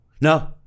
No